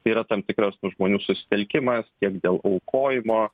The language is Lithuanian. yra tam tikras tų žmonių susitelkimas tiek dėl aukojimo